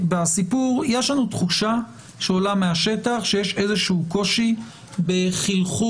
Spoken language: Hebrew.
יש לנו תחושה שעולה מהשטח שיש איזשהו קושי בחלחול